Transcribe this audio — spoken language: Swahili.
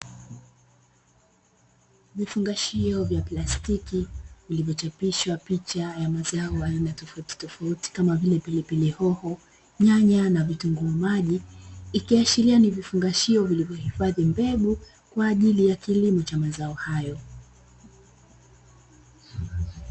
Vifungashio vya plastiki vilivyochapishwa picha ya mimea tofauti tofauti kama vile pilipili hoho, nyanya na vitunguu maji ikiashiria ni vifungashio vilivyohifadhi mbegu kwa ajili ya kilimo cha mazao hayo.